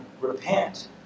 Repent